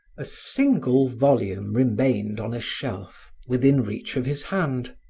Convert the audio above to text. a single volume remained on a shelf, within reach of his hand.